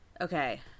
okay